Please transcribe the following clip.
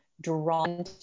drawn